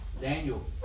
Daniel